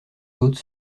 haute